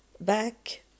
back